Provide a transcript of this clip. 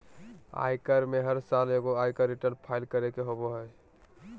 आयकर में हर साल एगो आयकर रिटर्न फाइल करे के होबो हइ